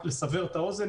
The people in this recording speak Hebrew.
רק לסבר את האוזן,